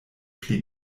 pli